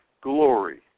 glory